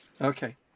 Okay